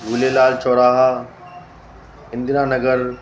Jhulelal Chauraha Indira Nagar